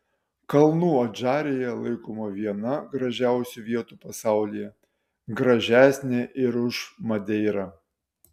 kalnų adžarija laikoma viena gražiausių vietų pasaulyje gražesnė ir už madeirą